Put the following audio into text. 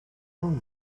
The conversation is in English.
corner